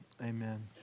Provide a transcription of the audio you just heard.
Amen